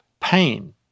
pain